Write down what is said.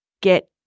get